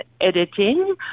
editing